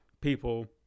people